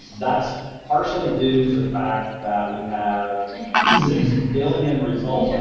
that's partially due to the fact that we have six and billion results.